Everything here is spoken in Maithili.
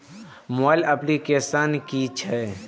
मोबाइल अप्लीकेसन कि छै?